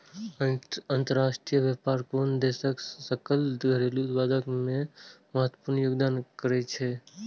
अंतरराष्ट्रीय व्यापार कोनो देशक सकल घरेलू उत्पाद मे महत्वपूर्ण योगदान करै छै